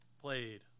played